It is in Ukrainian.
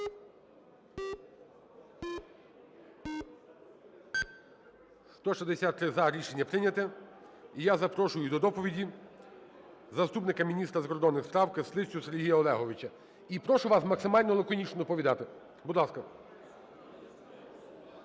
За-163 Рішення прийнято. І я запрошую до доповіді заступника міністра закордонних справ Кислицю Сергія Олеговича. І прошу вас максимально лаконічно доповідати. Будь ласка.